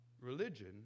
Religion